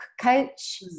coach